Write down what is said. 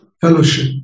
fellowship